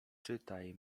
czytaj